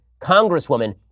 Congresswoman